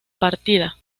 partida